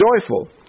joyful